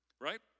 Right